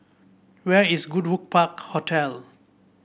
where is Goodwood Park Hotel